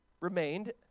remained